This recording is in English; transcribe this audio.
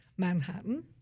Manhattan